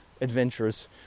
adventurous